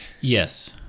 Yes